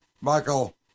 Michael